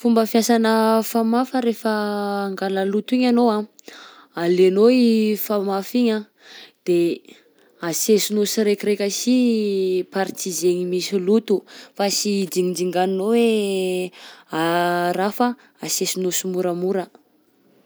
Fomba fiasanà famafa rehefa angala loto igny anao anh, alainao i famafa igny anh de asesinao siraikiraika si partie zaigny misy loto fa sy dingadinganinao hoe raha fa asesinao simoramora.